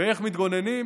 ואיך מתגוננים?